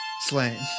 slain